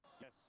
Yes